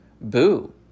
boo